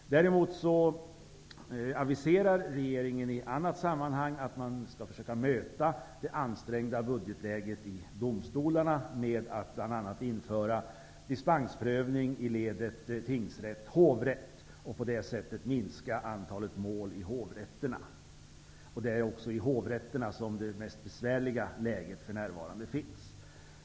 Däremot aviserar regeringen i annat sammanhang att man skall försöka möta det ansträngda budgetläget i domstolarna med att bl.a. införa dispensprövning i ledet tingsrätt--hovrätt och på det sättet minska antalet mål i hovrätterna. Det är också hovrätterna som för närvarande har det besvärligaste läget.